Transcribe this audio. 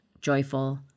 joyful